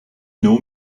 know